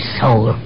soul